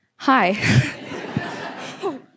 Hi